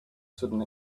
sudden